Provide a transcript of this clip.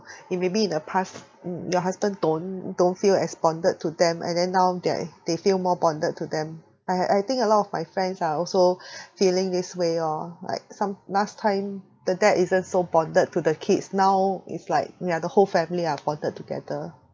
it maybe in the past mm your husband don't don't feel as bonded to them and then now they they feel more bonded to them I I think a lot of my friends are also feeling this way orh like some last time the dad isn't so bonded to the kids now it's like ya the whole family are bonded together